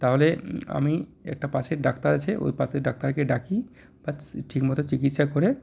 তাহলে আমি একটা পাশের ডাক্তার আছে ওই পাশের ডাক্তারকে ডাকি ঠিক মতো চিকিৎসা করে